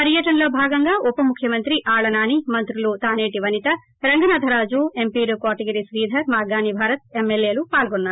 పర్యటనలో భాగంగా ఉప ముఖ్యమంత్రి ఆళ్ల నాని మంత్రులు తాసేటి వనిత రంగనాథ రాజు ఎంపీలు కోటగిరి శ్రీధర్ మార్గాని భరత్ ఎమ్మె ల్యేలు పాల్గొన్నారు